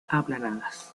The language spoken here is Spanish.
aplanadas